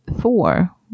four